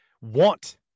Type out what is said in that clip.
want